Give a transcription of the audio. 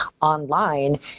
online